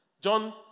John